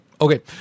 Okay